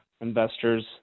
investors